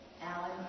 Alan